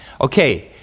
Okay